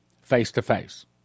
face-to-face